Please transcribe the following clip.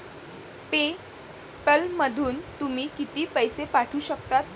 पे पॅलमधून तुम्ही किती पैसे पाठवू शकता?